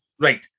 Right